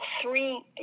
three